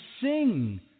sing